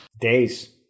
Days